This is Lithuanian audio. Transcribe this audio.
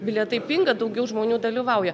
bilietai pinga daugiau žmonių dalyvauja